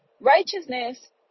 Righteousness